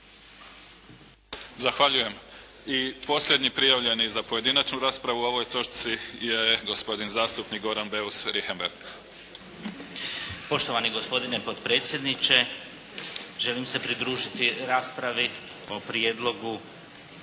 Zahvaljujem. I posljednji prijavljeni za pojedinačnu raspravu o ovoj točci je gospodin zastupnik Goran Beus Richembergh. **Beus Richembergh, Goran (HNS)** Poštovani gospodine potpredsjedniče želim se pridružiti raspravi o prijedlogu